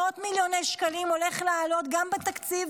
מאות-מיליוני שקלים הולכים לעלות גם בתקציב,